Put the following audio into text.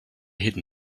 hidden